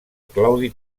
claudi